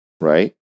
right